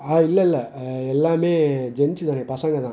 ஆ இல்லை இல்லை எல்லாமே ஜென்ட்ஸு தாண்ணே பசங்க தான்